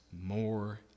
more